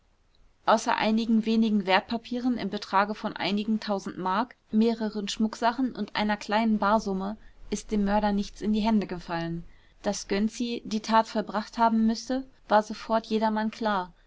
außer einigen wenigen wertpapieren im betrage von einigen tausend mark mehreren schmucksachen und einer kleinen barsumme ist dem mörder nichts in die hände gefallen daß gönczi die tat vollbracht haben müsse war sofort jedermann klar